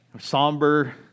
somber